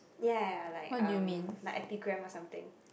ya like um like Epigram or something